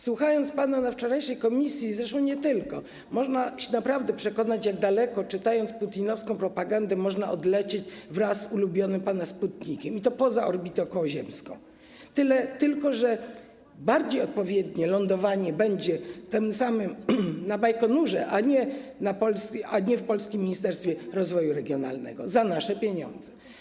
Słuchając pana na wczorajszym posiedzeniu komisji, zresztą nie tylko, można naprawdę się przekonać, jak daleko, czytając putinowską propagandą, można odlecieć wraz z pana ulubionym sputnikiem, i to poza orbitę okołoziemską, tyle tylko, że bardziej odpowiednie lądowanie będzie tym samym na Bajkonurze, a nie w polskim ministerstwie rozwoju regionalnego za nasze pieniądze.